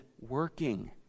working